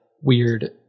weird